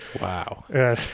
Wow